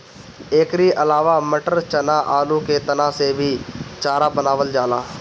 एकरी अलावा मटर, चना, आलू के तना से भी चारा बनावल जाला